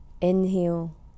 Inhale